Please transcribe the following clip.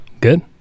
good